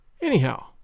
Anyhow